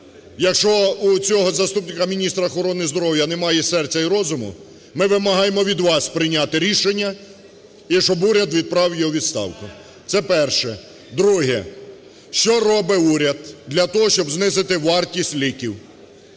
якщо у цього заступника міністра охорони здоров'я немає серця і розуму, ми вимагаємо від вас прийняти рішення і щоб уряд відправив його у відставку. Це перше. Друге. Що робить уряд для того, щоб знизити вартість ліків?